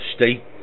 state